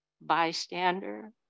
bystander